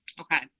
Okay